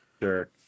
Sure